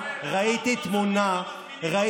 ראיתי תמונה מסוימת היום,